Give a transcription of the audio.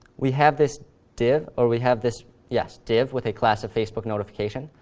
we have this div, or we have this yes, div, with a class of facebook notification,